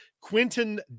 Quinton